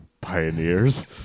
Pioneers